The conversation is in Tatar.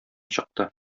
чыкты